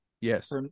Yes